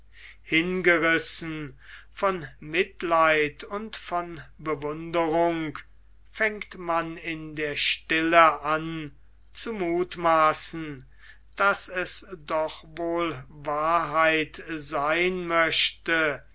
hingerissen von mitleid und von bewunderung fängt man in der stille an zu muthmaßen daß es doch wohl wahrheit sein möchte